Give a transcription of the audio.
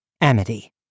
Amity